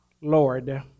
Lord